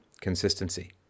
consistency